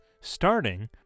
starting